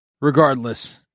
regardless